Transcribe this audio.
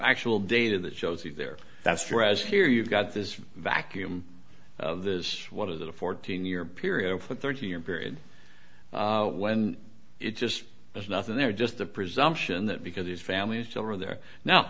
actual data that shows you there that stress here you've got this vacuum of this what is it a fourteen year period for a thirty year period when it just there's nothing there just the presumption that because these families children there now